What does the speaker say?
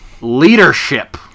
Leadership